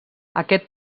aquest